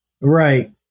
right